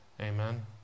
Amen